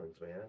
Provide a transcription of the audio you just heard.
man